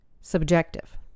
subjective